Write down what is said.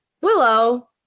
Willow